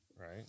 right